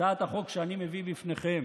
הצעת החוק שאני מביא בפניכם